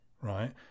right